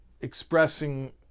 expressing